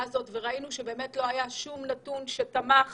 הזו וראינו באמת שלא היה שום נתון שתמך